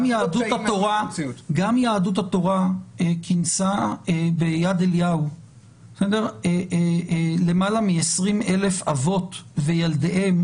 גם יהדות התורה כינסה ביד אליהו למעלה מ-20,000 אבות וילדיהם